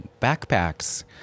backpacks